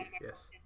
yes